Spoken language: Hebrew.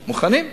מוכנים.